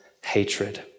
hatred